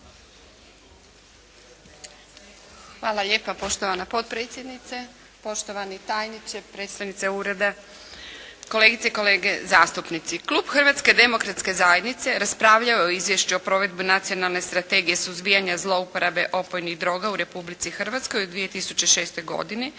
Hvala lijepa poštovana potpredsjednice. Poštovani tajniče, predstojnice Ureda, kolegice i kolege zastupnici. Klub Hrvatske demokratske zajednice raspravljao je u izvješću o provedbi Nacionalne strategije suzbijanja i zlouporabe opojnih droga u Republici Hrvatskoj u 2006. godini